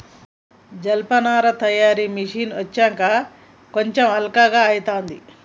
జనపనార తయారీ మిషిన్లు వచ్చినంక కొంచెం అల్కగా అయితాంది